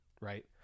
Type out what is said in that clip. right